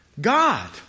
God